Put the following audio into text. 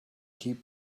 keep